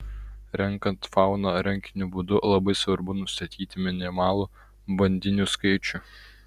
renkant fauną rankiniu būdu labai svarbu nustatyti minimalų bandinių skaičių